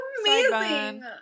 amazing